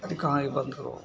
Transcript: अरे कहाँ यह बंद करो